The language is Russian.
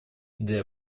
для